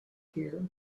here